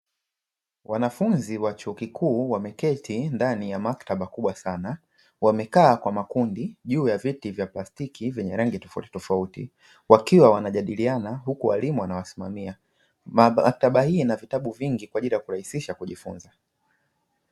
Wanafunzi wa chuo kikuu wameketi ndani ya maktaba kubwa sana wamekaa kwa makundi juu ya viti vya plastiki vyenye rangi tofautitofauti, wakiwa wanajadiliana huku walimu wanawasimamia maktaba hii ina vitabu vingi kwa ajili ya kurahisisha kujifunza.